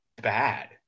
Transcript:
bad